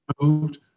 moved